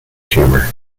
humor